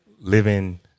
living